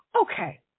Okay